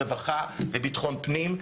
הרווחה וביטחון פנים,